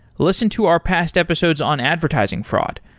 listen to our past episodes on advertising fraud,